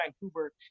Vancouver